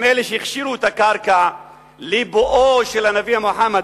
הם אלה שהכשירו את הקרקע לבואו של הנביא מוחמד,